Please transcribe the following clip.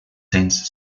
since